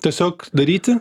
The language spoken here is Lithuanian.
tiesiog daryti